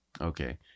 Okay